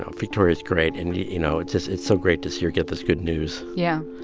ah victoria's great. and, you know, it's just it's so great to see her get this good news yeah.